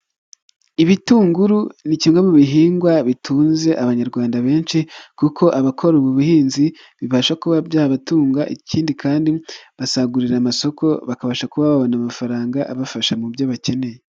Ibitunguru ni kimwe mu bihingwa bitunze abanyarwanda benshi, kuko abakora ubu buhinzi bibasha kuba byabatunga, ikindi kandi basagurira amasoko bakabasha kubabona amafaranga abafasha mu byo bakeneye.